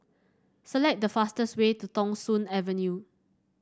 select the fastest way to Thong Soon Avenue